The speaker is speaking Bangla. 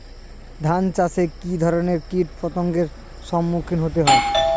ধান চাষে কী ধরনের কীট পতঙ্গের সম্মুখীন হতে হয়?